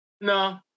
No